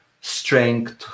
strength